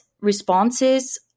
responses